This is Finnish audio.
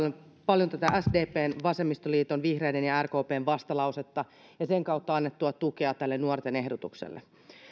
että arvostan todella paljon tätä sdpn vasemmistoliiton vihreiden ja rkpn vastalausetta ja sen kautta annettua tukea tälle nuorten ehdotukselle